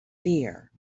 fear